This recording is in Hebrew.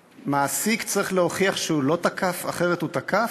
שמעסיק צריך להוכיח שהוא לא תקף, אחרת הוא תקף?